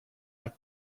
like